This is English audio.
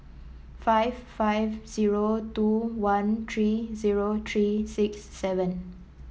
five five zero two one three zero three six seven